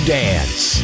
dance